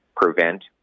prevent